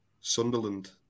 Sunderland